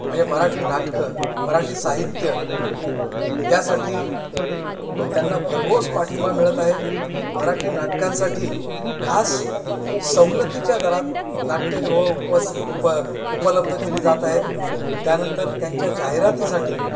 म्हणजे मराठी नाटकं मराठी साहित्य यासाठी त्यांना भरघोस पाठिंबा मिळत आहे मराठी नाटकांसाठी खास सवलतीच्या दरात नाट्यगृह उपस् उप उपलब्ध केली जात आहेत त्यानंतर त्यांच्या जाहिरातीसाठी